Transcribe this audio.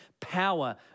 power